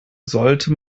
sollte